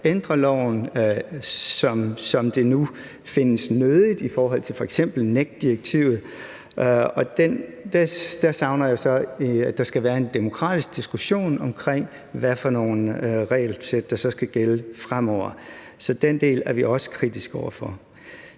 ændre loven, som det nu findes nødigt, i forhold til f.eks. NEC-direktivet. Der savner jeg, at der skal være en demokratisk diskussion om, hvilke regelsæt der så skal gælde fremover. Så den del er vi også kritiske over for.